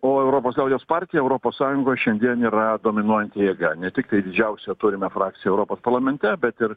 o europos liaudies partija europos sąjungoj šiandien yra dominuojanti jėga ne tiktai didžiausią turime frakciją europos parlamente bet ir